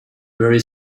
very